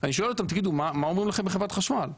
אני שואל אותם מה אומרים לכם חברת החשמל?